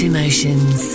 Emotions